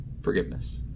forgiveness